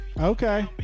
Okay